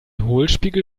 hohlspiegel